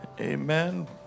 Amen